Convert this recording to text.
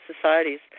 societies